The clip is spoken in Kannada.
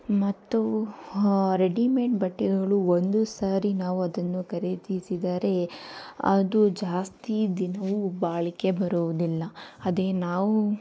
ಮತ್ತು ರೆಡಿಮೇಡ್ ಬಟ್ಟೆಗಳು ಒಂದು ಸಾರಿ ನಾವು ಅದನ್ನು ಖರೀದಿಸಿದರೆ ಅದು ಜಾಸ್ತಿ ದಿನವೂ ಬಾಳಿಕೆ ಬರುವುದಿಲ್ಲ ಅದೇ ನಾವು